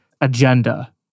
agenda